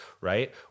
right